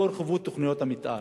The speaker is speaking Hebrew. לא הורחבו תוכניות המיתאר.